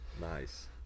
Nice